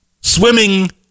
swimming